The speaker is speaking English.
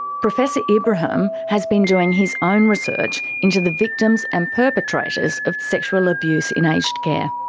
professor ibrahim has been doing his own research into the victims and perpetrators of sexual abuse in aged care.